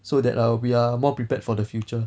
so that err we are more prepared for the future